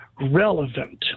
relevant